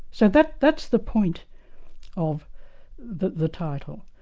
so that's that's the point of the the title.